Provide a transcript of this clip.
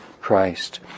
Christ